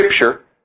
Scripture